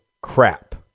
crap